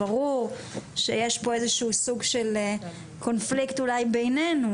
ברור שיש פה סוג של קונפליקט בינינו,